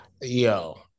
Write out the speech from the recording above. yo